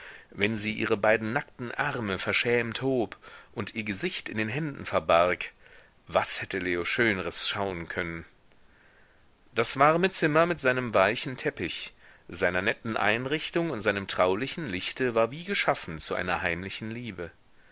wenn sie ihre beiden nackten arme verschämt hob und ihr gesicht in den händen verbarg was hätte leo schönres schauen können das warme zimmer mit seinem weichen teppich seiner netten einrichtung und seinem traulichen lichte war wie geschaffen zu einer heimlichen liebe